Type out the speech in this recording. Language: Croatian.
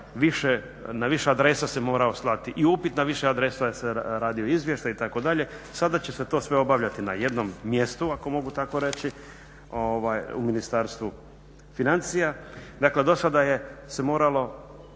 na više adresa si morao slati i upit na više adresa jer se radio izvještaj itd. Sada će se to sve obavljati na jednom mjestu ako tako mogu reći u Ministarstvu financija. Dakle, do sada se moralo